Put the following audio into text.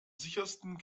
sichersten